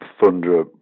thunder